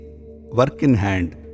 work-in-hand